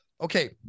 Okay